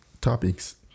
topics